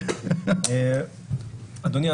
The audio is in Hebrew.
אדוני,